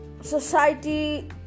society